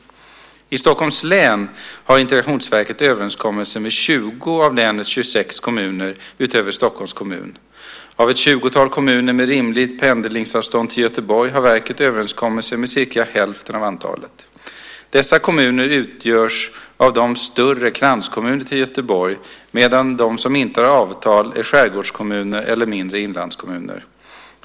I Stockholms län har Integrationsverket överenskommelser med 20 av länets 26 kommuner utöver Stockholms kommun. Av ett tjugotal kommuner med rimligt pendlingsavstånd till Göteborg har verket överenskommelser med cirka hälften av antalet. Dessa kommuner utgörs av de större kranskommunerna till Göteborg, medan de som inte har avtal är skärgårdskommuner eller mindre inlandskommuner.